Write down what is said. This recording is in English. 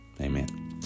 Amen